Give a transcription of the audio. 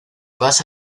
basa